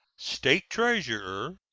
state treasurer,